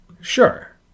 Sure